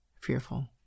fearful